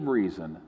reason